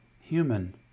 human